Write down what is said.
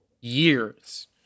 years